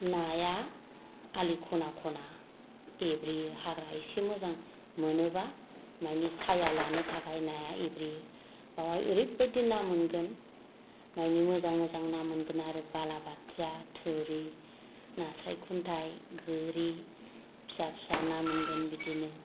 नाया आलि खना खना एब्रेयो हाग्रा एसे मोजां मोनोब्ला मानि साया लानो थाखाय नाया एब्रेयो बावहाय ओरैबायदि ना मोनगोन मानि मोजां मोजां ना मोनगोन आरो बाला बाथिया थुरि नास्राय खुन्थाइ गोरि फिसा फिसा ना मोनगोन बिदिनो